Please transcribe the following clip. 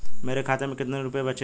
मेरे खाते में कितने रुपये बचे हैं?